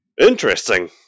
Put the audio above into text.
interesting